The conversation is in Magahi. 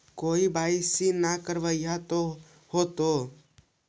के.वाई.सी न करवाई तो का हाओतै?